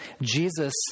Jesus